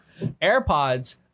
AirPods